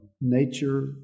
nature